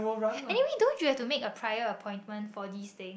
anyway don't you have to make a prior appointment for this things